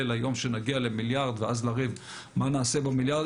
היום שנגיע למיליארד ואז לריב מה נעשה במיליארד.